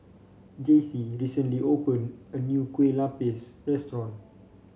Jace recently opened a new Kue Lupis restaurant